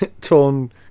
torn